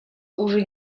уже